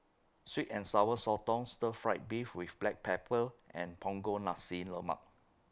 Sweet and Sour Sotong Stir Fried Beef with Black Pepper and Punggol Nasi Lemak